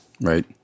right